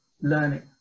learning